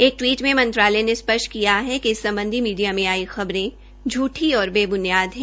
एक टवीट में मंत्रालय ने स्पष्ट किय है कि इस सम्बधी मीडिया में आई खबरें झूठी और बेबुनियाद है